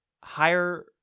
higher